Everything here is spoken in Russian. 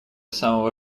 самого